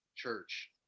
Church